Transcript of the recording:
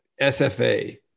SFA